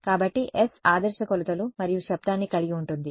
కాబట్టి s అసలు ఆదర్శ కొలతలు మరియు శబ్దాన్ని కలిగి ఉంటుంది